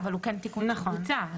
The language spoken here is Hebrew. אבל כרגע הקופה או מי שמבצע,